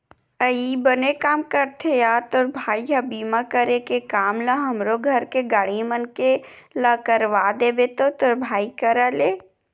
अई बने काम करथे या तोर भाई ह बीमा करे के काम ल हमरो घर के गाड़ी मन के ला करवा देबे तो तोर भाई करा ले